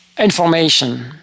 information